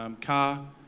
car